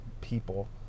people